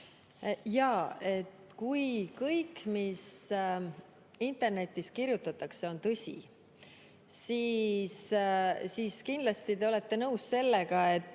Jaa, kui kõik, mis internetis kirjutatakse, on tõsi, siis kindlasti te olete nõus sellega, et